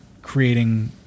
creating